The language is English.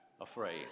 afraid